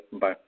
Bye